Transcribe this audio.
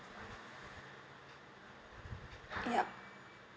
yup